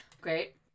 Great